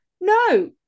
no